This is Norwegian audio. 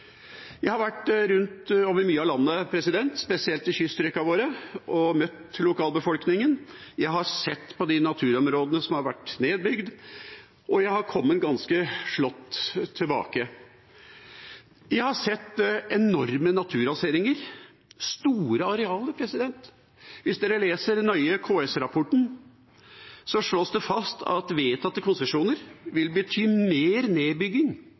Jeg har vært rundt over mye av landet, spesielt i kyststrøkene våre, og møtt lokalbefolkningen. Jeg har sett på de naturområdene som har vært nedbygd, og jeg har kommet ganske slått tilbake. Jeg har sett enorme naturraseringer – store arealer. Hvis dere leser nøye KS-rapporten, slås det fast at vedtatte konsesjoner vil bety mer nedbygging